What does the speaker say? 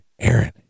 Aaron